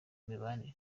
imibanire